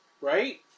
Right